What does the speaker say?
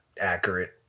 accurate